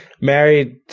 married